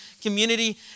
community